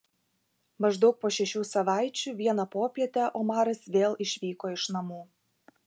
maždaug po šešių savaičių vieną popietę omaras vėl išvyko iš namų